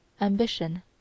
ambition